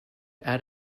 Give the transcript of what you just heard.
add